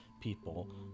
people